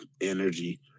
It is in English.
energy